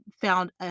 found